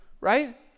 right